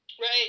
Right